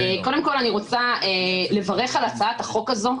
קודם כול אני רוצה לברך על הצעת החוק הזו,